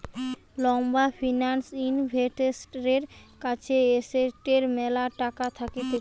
লম্বা ফিন্যান্স ইনভেস্টরের কাছে এসেটের ম্যালা টাকা থাকতিছে